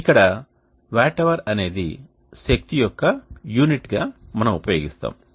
ఇక్కడ watt hour అనేది శక్తి యొక్క యూనిట్ గా మనం ఉపయోగిస్తాము